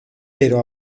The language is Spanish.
pero